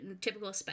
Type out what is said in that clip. typical